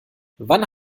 wann